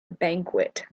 banquet